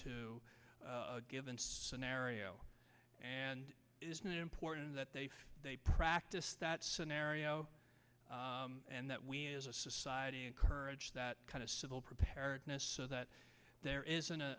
a given scenario and isn't it important that they practice that scenario and that we as a society encourage that kind of civil preparedness so that there isn't a